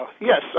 Yes